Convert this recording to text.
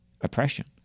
oppression